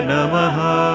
Namaha